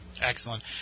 Excellent